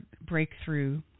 breakthrough